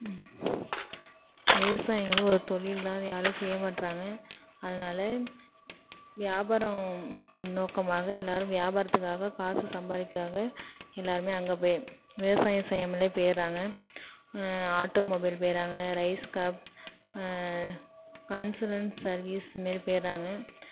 விவசாயங்கறது ஒரு தொழில் தான் அதை யாரும் செய்யமாட்டுறாங்க அதனால வியாபாரம் நோக்கமாக எல்லாரும் வியாபாரத்துக்காக காசு சம்பாதிக்காக எல்லாருமே அங்கே போய் விவசாயம் செய்யாமலே போயிட்டுறாங்க ஆட்டோமொபைல் போயிட்றாங்க ரைஸ்கப் கன்சிலன்ஸ் சர்வீஸ் இதுமாரி போயிட்றாங்க